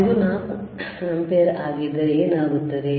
ಇದು 4 ಆಂಪಿಯರ್ ಆಗಿದ್ದರೆ ಏನಾಗುತ್ತದೆ